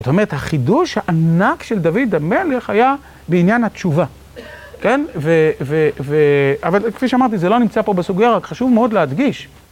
זאת אומרת, החידוש הענק של דוד המלך היה בעניין התשובה, כן? ו.. ו.. ו.. אבל כפי שאמרתי, זה לא נמצא פה בסוגיה, רק חשוב מאוד להדגיש